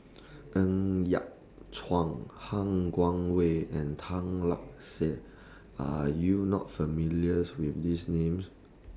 Ng Yat Chuan Han Guangwei and Tan Lark Sye Are YOU not familiar with These Names